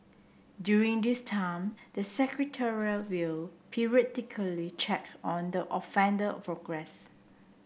during this time the Secretariat will periodically check on the offender progress